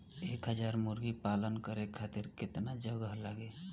एक हज़ार मुर्गी पालन करे खातिर केतना जगह लागी?